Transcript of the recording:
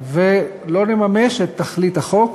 ולא נממש את תכלית החוק,